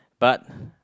but